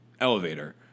elevator